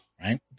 right